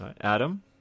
Adam